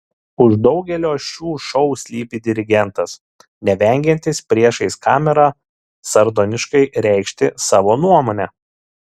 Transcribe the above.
už daugelio šių šou slypi dirigentas nevengiantis priešais kamerą sardoniškai reikšti savo nuomonę